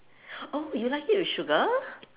oh you like food with sugar